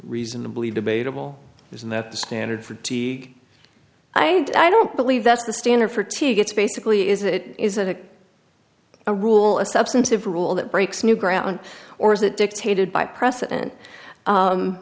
reasonably debatable isn't that the standard for t i don't believe that's the standard for to gets basically is it is a a rule a substantive rule that breaks new ground or is it dictated by precedent